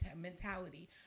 mentality